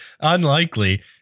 Unlikely